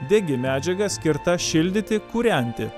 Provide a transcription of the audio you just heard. degi medžiaga skirta šildyti kūrenti